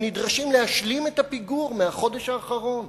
הם נדרשים להשלים את הפיגור מהחודש האחרון.